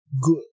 good